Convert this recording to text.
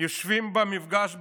יושבים במפגש ביטחוני,